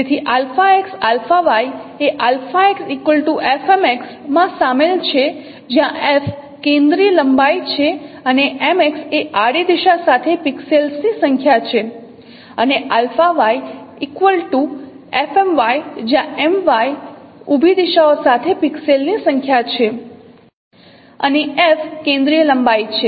તેથી x y એ x fmx માં સામેલ છે જ્યાં f કેન્દ્રીય લંબાઈ છે અને mx એ આડી દિશા સાથે પિક્સેલ્સની સંખ્યા છે અને y fmy જ્યાં my ઉભી દિશાઓ સાથે પિક્સેલની સંખ્યા છે અને f કેન્દ્રીય લંબાઈ છે